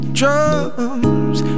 drums